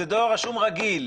זה דואר רשום רגיל.